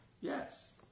Yes